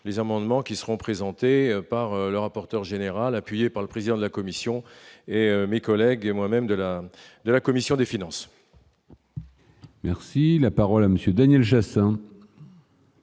les amendements qui seront présentées par le rapporteur général, appuyé par le président de la commission et mes collègues et moi-même, de la de la commission des finances. Merci, la parole à Monsieur Daniel Chassain.